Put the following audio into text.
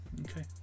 Okay